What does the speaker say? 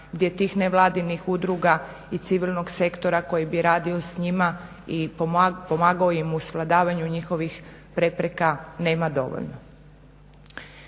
gdje tih nevladinih udruga i civilnog sektora koji bi radio s njima i pomagao im u svladavanju njihovih prepreka nema dovoljno.